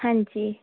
ਹਾਂਜੀ